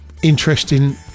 interesting